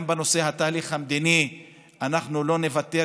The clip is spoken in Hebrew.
גם בנושא התהליך המדיני אנחנו לא נוותר,